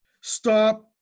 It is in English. Stop